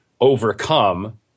overcome